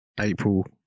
April